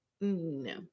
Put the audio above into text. no